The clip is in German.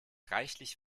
reichlich